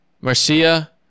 Marcia